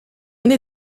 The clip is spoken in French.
aîné